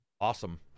Awesome